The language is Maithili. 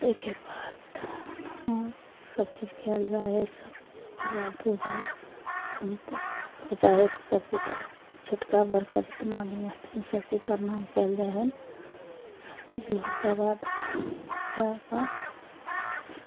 ताहिके बाद सब चीज कयल जाइ है सब एहिके बाद पूजा संपन्न हो जाइ है तऽ सबके बर छोटका बरका जितना आदमी हथिन सबके प्रणाम कयल जाइ है सब चीज होइके बाद अहाँके